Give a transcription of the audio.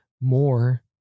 more